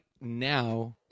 now